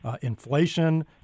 inflation